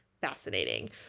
Fascinating